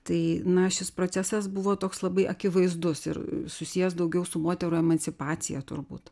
tai na šis procesas buvo toks labai akivaizdus ir susijęs daugiau su moterų emancipacija turbūt